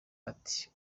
ati